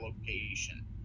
location